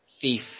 Thief